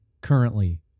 currently